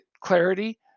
clarity